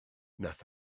wnaeth